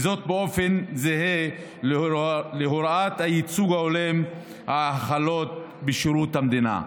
באופן זהה להוראות הייצוג ההולם החלות בשירות המדינה.